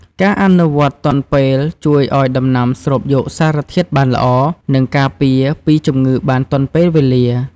ការអនុវត្តទាន់ពេលជួយឱ្យដំណាំស្រូបយកសារធាតុបានល្អ និងការពារពីជំងឺបានទាន់ពេលវេលា។